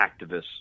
activists